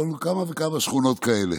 כמה וכמה שכונות כאלה.